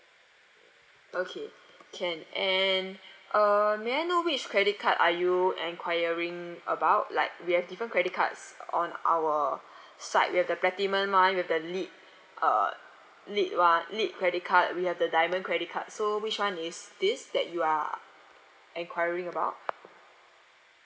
okay can and uh may I know which credit card are you enquiring about like we have different credit cards on our side we have the platinum one we have the lit uh lit [one] lit credit card we have the diamond credit card so which one is this that you are enquiring about